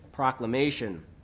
proclamation